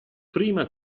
prima